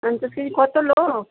পঞ্চাশ কেজি কত লোক